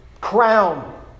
crown